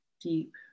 deep